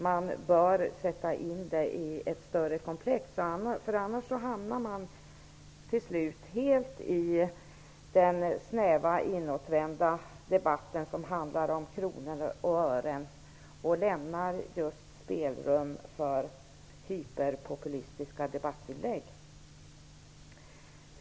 Man bör sätta in dem i ett större komplex, för annars hamnar man till slut helt i den snäva inåtvända debatten som handlar om kronor och ören och lämnar spelrum för hyperpopulistiska debattinlägg.